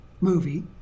Movie